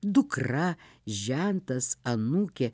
dukra žentas anūkė